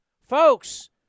Folks